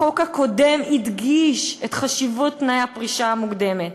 החוק הקודם הדגיש את חשיבות תנאי הפרישה המוקדמת.